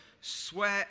sweat